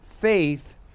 faith